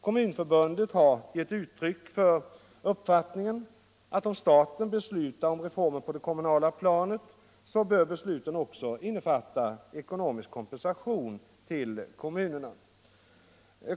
Kommunförbundet har gett uttryck för uppfattningen att om staten beslutar reformer på det kommunala planet så bör besluten också innefatta ekonomisk kompensation till kommunerna.